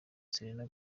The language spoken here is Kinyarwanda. serena